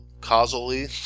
causally